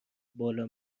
بالا